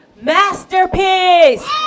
masterpiece